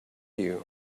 you